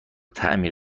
تعمیر